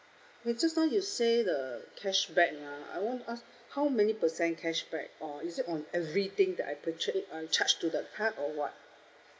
eh just now you say the cashback uh I want ask how many percent cashback or is it on everything that I purchase and charge to the card or what